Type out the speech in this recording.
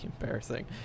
embarrassing